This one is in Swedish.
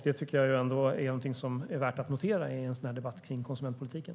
Det tycker jag är värt att notera i en sådan här debatt om konsumentpolitiken.